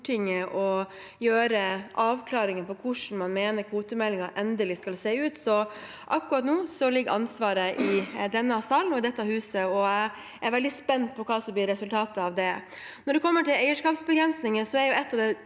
å foreta avklaringer om hvordan man mener kvotemeldingen endelig skal se ut. Akkurat nå ligger ansvaret i denne salen og i dette huset, og jeg er veldig spent på hva som blir resultatet av det. Når det gjelder eierskapsbegrensningen, er det ett